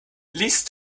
least